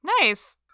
Nice